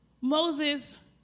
Moses